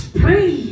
pray